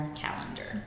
calendar